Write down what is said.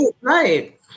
right